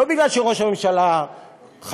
לא מפני שראש הממשלה חשוד,